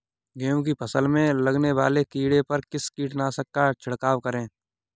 गेहूँ की फसल में लगने वाले कीड़े पर किस कीटनाशक का छिड़काव करें?